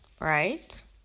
right